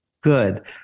Good